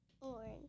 Orange